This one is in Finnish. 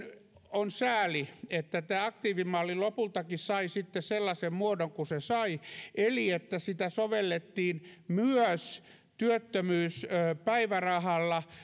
on sääli että tämä aktiivimalli lopultakin sai sitten sellaisen muodon kuin se sai eli sitä sovellettiin myös työttömyyspäivärahalla